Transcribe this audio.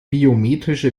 biometrische